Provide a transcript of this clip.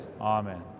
amen